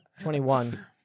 21